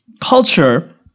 culture